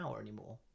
anymore